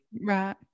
right